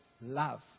love